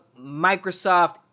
Microsoft